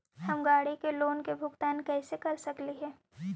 हम गाड़ी के लोन के भुगतान कैसे कर सकली हे?